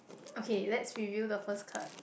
okay let's reveal the first card